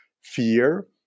fear